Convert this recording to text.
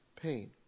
pain